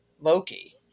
Loki